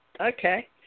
Okay